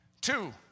Two